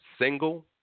single